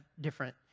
different